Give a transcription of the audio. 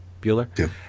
Bueller